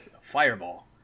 fireball